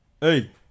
Hey